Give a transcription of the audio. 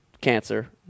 cancer